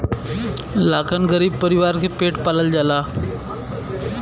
लाखन गरीब परीवार के पेट पालल जाला